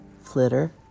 Flitter